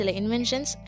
inventions